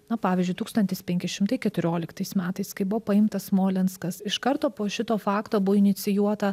na pavyzdžiui tūkstantis penki šimtai keturioliktais metais kai buvo paimtas smolenskas iš karto po šito fakto buvo inicijuota